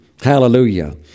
Hallelujah